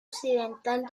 occidental